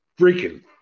freaking